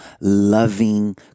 loving